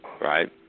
Right